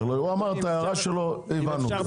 הוא אמר את ההערה שלו הבנו.